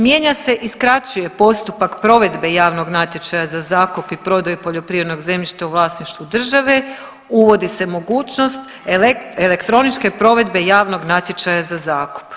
Mijenja se i skraćuje postupak provedbe javnog natječaja za zakup i prodaju poljoprivrednog zemljišta u vlasništvu države, uvodi se mogućnost elektroničke provedbe javnog natječaja za zakup.